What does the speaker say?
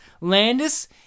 Landis